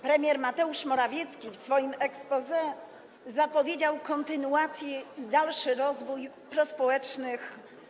Premier Mateusz Morawiecki w swoim exposé zapowiedział kontynuację i dalszy rozwój programów prospołecznych.